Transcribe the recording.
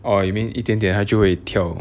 orh you mean 一点点它就会跳